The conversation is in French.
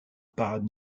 parade